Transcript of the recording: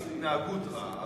יש התנהגות רעה.